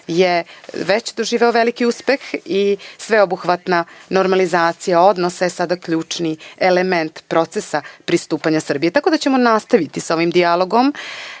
je već doživeo veliki uspeh i sveobuhvatna normalizacija odnosa je sada ključni element procesa pristupanja Srbije, tako da ćemo nastaviti sa ovim dijalogom.